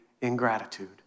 ingratitude